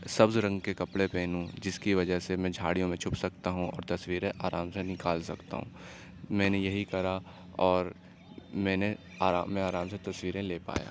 سبز رنگ کے کپڑے پہنوں جس کی وجہ سے میں جھاڑیوں میں چھپ سکتا ہوں اور تصویریں آرام سے نکال سکتا ہوں میں نے یہی کرا اور میں نے آرام آرام سے تصویریں لے پایا